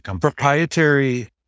proprietary